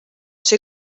ser